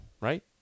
Right